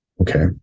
okay